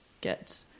get